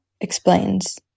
explains